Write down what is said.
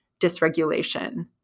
dysregulation